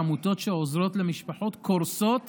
עמותות שעוזרות למשפחות קורסות